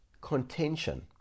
contention